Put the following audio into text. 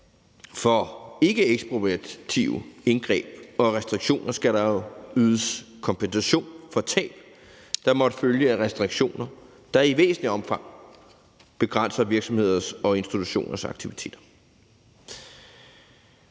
for ikkeekspropriative indgreb og restriktioner skal ydes kompensation for de tab, der måtte følge af restriktioner, der i væsentligt omfang begrænser virksomheders og institutioners aktiviteter,